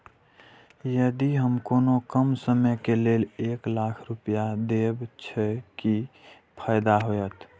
यदि हम कोनो कम समय के लेल एक लाख रुपए देब छै कि फायदा होयत?